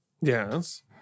Yes